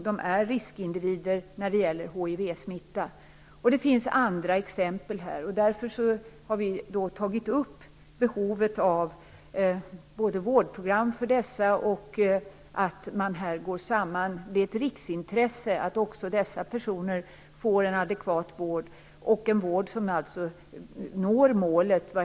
De är ju riskindivider när det gäller hivsmitta. Det finns även andra exempel. Därför har vi tagit upp behovet av vårdprogram och att det är ett riksintresse att också dessa personer får en adekvat vård. Det handlar om att nå målet.